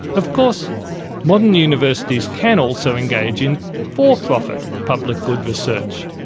of course modern universities can also engage in for-profit public good research.